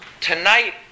tonight